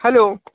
hello